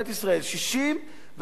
64 שנים,